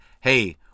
Hey